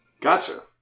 gotcha